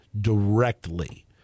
directly